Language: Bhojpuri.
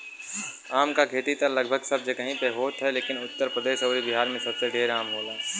आम क खेती त लगभग सब जगही पे होत ह लेकिन उत्तर प्रदेश अउरी बिहार में सबसे ढेर आम होला